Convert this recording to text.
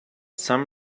some